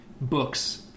books